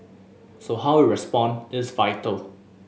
so how we respond is vital